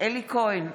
אלי כהן,